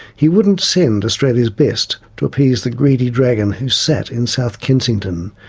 he wouldn't send australia's best to appease the greedy dragon who sat in south kensington,